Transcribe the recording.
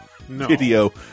video